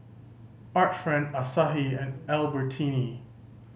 Art Friend Asahi and Albertini